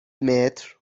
متر